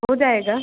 हो जाएगा